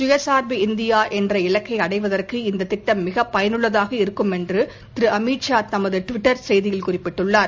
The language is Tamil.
சுயசார்பு இந்தியா என்ற இலக்கை அடைவதற்கு இந்த திட்டம் மிக பயனள்ளதாக இருக்கும் என்று திரு அமித்ஷா தமது டுவிட்டர் செய்தியில் குறிப்பிட்டுள்ளார்